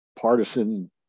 partisan